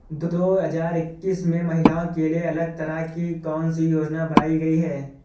दो हजार इक्कीस में महिलाओं के लिए अलग तरह की कौन सी योजना बनाई गई है?